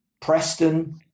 Preston